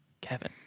Kevin